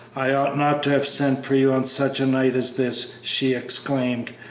i ought not to have sent for you on such a night as this! she exclaimed,